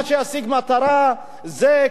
מה שישיג את המטרה זה,